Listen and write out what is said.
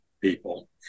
people